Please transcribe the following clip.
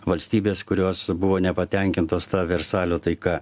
valstybės kurios buvo nepatenkintos ta versalio taika